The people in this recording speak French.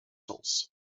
sens